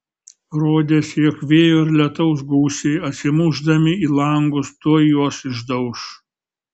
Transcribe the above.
rodėsi jog vėjo ir lietaus gūsiai atsimušdami į langus tuoj juos išdauš